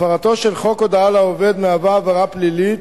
"הפרתו של חוק הודעה לעובד מהווה עבירה פלילית,